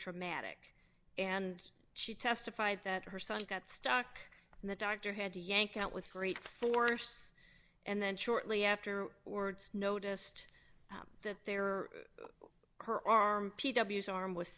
traumatic and she testified that her son got stuck and the doctor had to yank out with great force and then shortly after wards noticed that there her arm she ws arm was